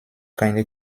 keine